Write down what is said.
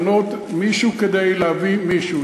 ההחלטה איננה באה לפנות מישהו כדי להביא מישהו.